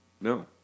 No